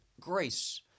grace